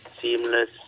seamless